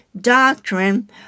doctrine